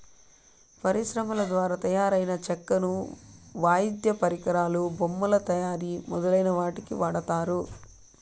పరిశ్రమల ద్వారా తయారైన చెక్కను వాయిద్య పరికరాలు, బొమ్మల తయారీ మొదలైన వాటికి వాడతారు